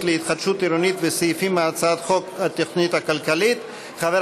להתחדשות עירונית ובסעיפים מהצעת חוק התוכנית הכלכלית חבר